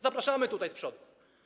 Zapraszamy tutaj, z przodu.